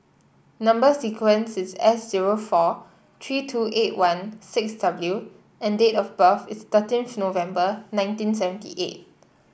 number sequence is S zero four three two eight one six W and date of birth is thirteenth November nineteen seventy eight